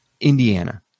Indiana